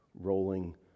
rolling